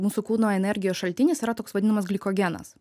mūsų kūno energijos šaltinis yra toks vadinamas glikogenas